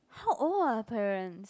how old are her parents